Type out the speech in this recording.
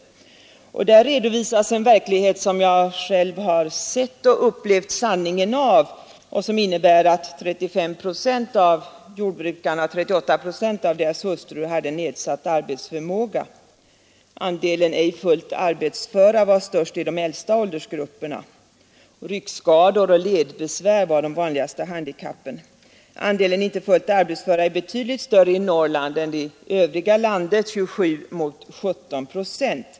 Där redovisas en verklighet — som jag själv sett och upplevt sanningen av — och den verkligheten innebär att 35 procent av jordbrukarna och 38 procent av deras hustrur hade nedsatt arbetsförmåga. Andelen ej fullt arbetsföra var störst i de äldsta åldersgrupperna. Ryggskador och ledbesvär var de vanligaste handikappen. Andelen inte fullt arbetsföra är betydligt större i Norrland än i övriga landet — 27 mot 17 procent.